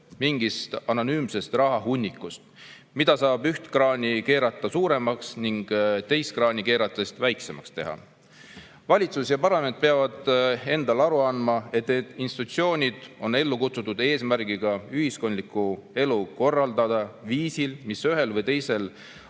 mingist anonüümsest rahahunnikust, mida saab üht kraani keerata suuremaks ning teist kraani keerates väiksemaks teha. Valitsus ja parlament peavad endale aru andma, et need institutsioonid on ellu kutsutud eesmärgiga ühiskondlikku elu korraldada viisil, mis ühel või teisel